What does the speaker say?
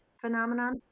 phenomenon